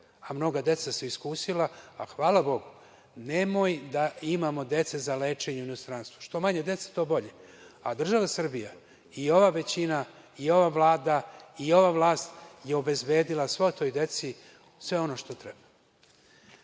a mnoga deca su iskusila, a hvala Bogu nemoj da imamo dece za lečenje u inostranstvu, što manje dece, to bolje, a država Srbija i ova većina i ova Vlada i ova vlast je obezbedila svoj toj deci sve ono što treba. Šta